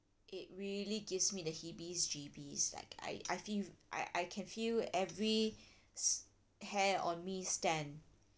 it really gives me the heebie jeebies like I I feel I I can feel every s~ hair on me stand